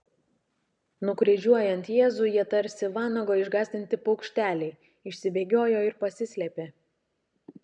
nukryžiuojant jėzų jie tarsi vanago išgąsdinti paukšteliai išsibėgiojo ir pasislėpė